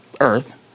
Earth